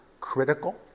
critical